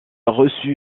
reçu